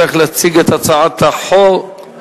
שצריך להציג את הצעת החוק.